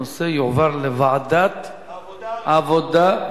הנושא יועבר לוועדת העבודה,